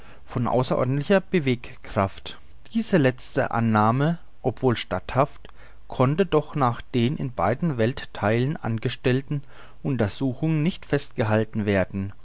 von außerordentlicher bewegkraft diese letzte annahme obwohl statthaft konnte doch nach den in beiden welttheilen angestellten untersuchungen nicht festgehalten werden